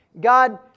God